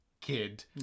kid